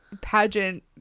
pageant